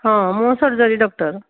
ହଁ ମୁଁ surgery doctor